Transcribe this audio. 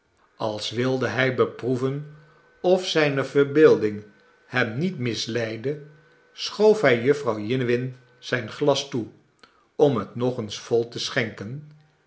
als wilde hij beproeven of zijne verbeelding hem niet misleidde schoof hij jufvrouw jiniwin zijn glas toe om het nog eens vol te schenken